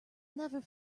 never